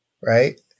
right